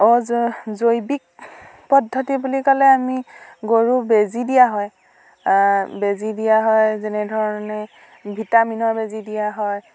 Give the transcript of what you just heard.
অঁ জ জৈৱিক পদ্ধতি বুলি ক'লে আমি গৰুক বেজি দিয়া হয় বেজি দিয়া হয় যেনেধৰণে ভিটামিনৰ বেজি দিয়া হয়